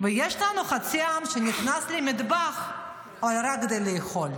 ויש לנו חצי עם שנכנס למטבח רק כדי לאכול.